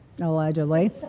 allegedly